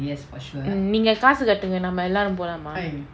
mm நீங்க காசு கட்டுங்க நம்ம எல்லாரு போலாமா:neenga kaasu kattunga namma ellaru polama